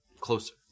closer